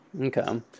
Okay